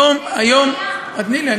אבל זה, היום, אז תני לי.